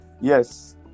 Yes